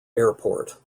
airport